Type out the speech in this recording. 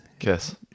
yes